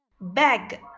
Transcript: Bag